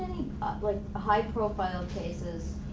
like high profile cases